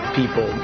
people